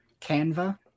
Canva